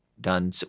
done